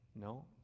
No